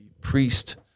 priest